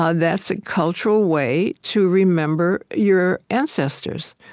ah that's a cultural way to remember your ancestors.